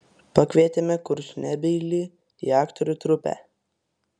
pakvietėme kurčnebylį į aktorių trupę